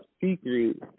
secret